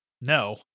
No